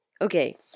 okay